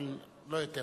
אבל לא יותר.